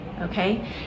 Okay